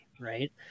right